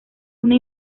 una